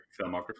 filmography